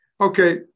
Okay